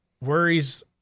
worries